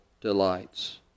delights